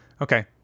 Okay